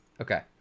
Okay